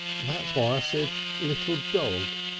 that's why i said little dog.